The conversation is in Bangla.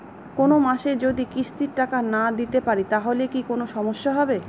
কোনমাসে যদি কিস্তির টাকা না দিতে পারি তাহলে কি কোন সমস্যা হবে?